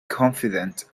confident